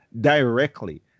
Directly